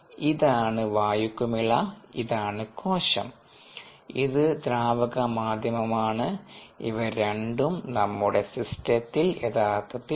ഇതാണ് വായു കുമിള ഇതാണ് കോശം ഇത് ദ്രാവക മാധ്യമമാണ് ഇവ രണ്ടും നമ്മുടെ സിസ്റ്റത്തിൽ യഥാർത്ഥത്തിൽ ഉണ്ട്